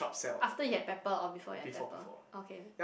after you have pepper or before you have pepper okay